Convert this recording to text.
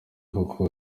koko